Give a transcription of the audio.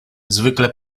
zwykle